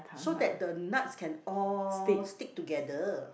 so that the nuts can all stick together